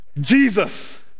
Jesus